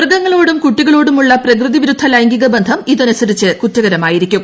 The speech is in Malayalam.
മൃഗങ്ങളോടും കുട്ടികളോടുമുള്ള പ്രകൃതിവിരുദ്ധ ലൈംഗികബന്ധം ഇതനുസരിച്ച് കുറ്റകരമായിരിക്കും